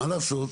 מה לעשות?